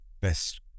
best